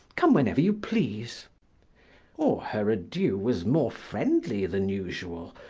come whenever you please or her adieu was more friendly than usual,